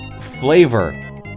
flavor